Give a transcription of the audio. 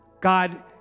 God